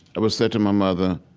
i would say to my mother,